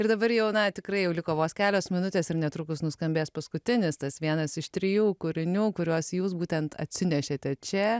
ir dabar jau na tikrai jau liko vos kelios minutės ir netrukus nuskambės paskutinis tas vienas iš trijų kūrinių kuriuos jūs būtent atsinešėte čia